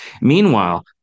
meanwhile